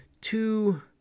two